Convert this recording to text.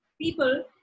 people